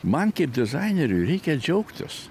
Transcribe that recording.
man kaip dizaineriui reikia džiaugtis